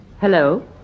Hello